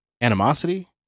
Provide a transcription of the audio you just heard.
animosity